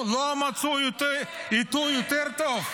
אל תדאג.